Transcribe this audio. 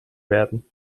werden